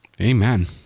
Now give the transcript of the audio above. Amen